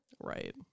Right